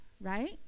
right